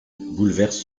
bouleverse